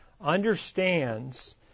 understands